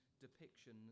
depiction